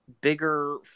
bigger